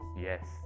yes